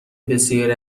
بسیاری